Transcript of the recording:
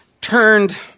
turned